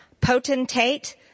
potentate